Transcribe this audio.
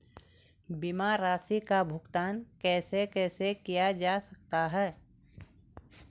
बीमा धनराशि का भुगतान कैसे कैसे किया जा सकता है?